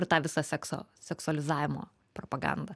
ir tą visą sekso seksualizavimo propagandą